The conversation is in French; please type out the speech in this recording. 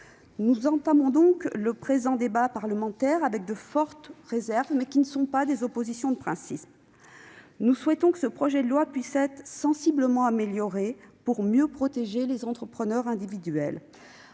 Nous entamons donc le présent débat parlementaire avec de fortes réserves, qui ne sont toutefois pas des oppositions de principe. Nous souhaitons que ce projet de loi soit sensiblement amélioré afin qu'il protège mieux les entrepreneurs individuels.